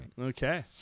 Okay